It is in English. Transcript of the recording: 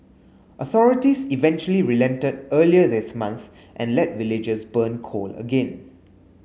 authorities eventually relented earlier this month and let villagers burn coal again